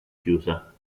chiusa